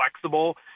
flexible